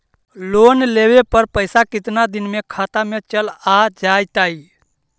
Loan लेब पर पैसा कितना दिन में खाता में चल आ जैताई?